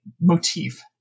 motif